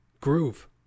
groove